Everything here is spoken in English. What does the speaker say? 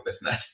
business